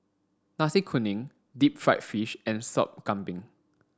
nasi kuning deep fried fish and sup kambing